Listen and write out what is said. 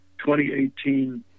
2018